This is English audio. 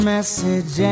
message